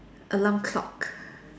alarm clock